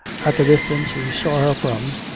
at the distance we saw her from,